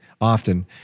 often